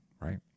right